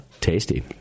tasty